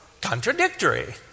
contradictory